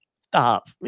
stop